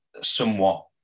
somewhat